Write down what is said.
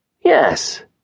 Yes